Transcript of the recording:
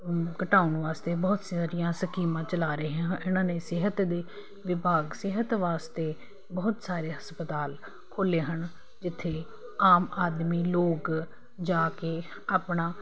ਘਟਾਉਣ ਵਾਸਤੇ ਬਹੁਤ ਸਾਰੀਆਂ ਸਕੀਮਾਂ ਚਲਾ ਰਹੇ ਹਨ ਇਹਨਾਂ ਨੇ ਸਿਹਤ ਵੀ ਵਿਭਾਗ ਸਿਹਤ ਵਾਸਤੇ ਬਹੁਤ ਸਾਰੇ ਹਸਪਤਾਲ ਖੋਲੇ ਹਨ ਜਿੱਥੇ ਆਮ ਆਦਮੀ ਲੋਕ ਜਾ ਕੇ ਆਪਣਾ